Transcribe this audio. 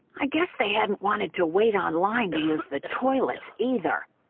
i guess they hadn't wanted to wait on line to use the toilets, either.